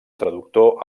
traductor